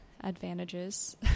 advantages